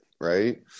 Right